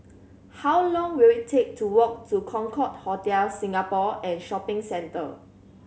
how long will it take to walk to Concorde Hotel Singapore and Shopping Centre